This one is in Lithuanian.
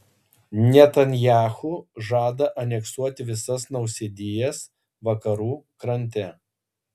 netanyahu žada aneksuoti visas nausėdijas vakarų krante